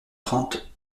trente